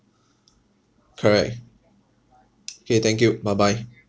correct K thank you bye bye